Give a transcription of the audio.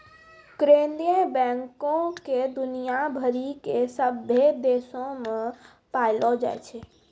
केन्द्रीय बैंको के दुनिया भरि के सभ्भे देशो मे पायलो जाय छै